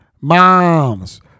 moms